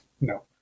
No